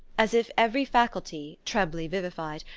as if every faculty, trebly vivified,